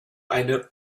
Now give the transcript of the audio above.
eine